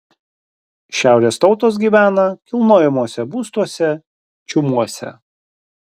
šiaurės tautos gyvena kilnojamuose būstuose čiumuose